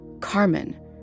Carmen